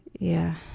yeah.